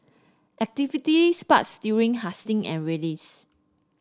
activity spikes during hustings and rallies